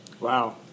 Wow